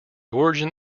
origin